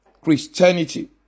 Christianity